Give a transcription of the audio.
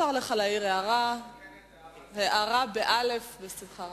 הארה, מותר לך להעיר הארה באל"ף, בשמחה רבה.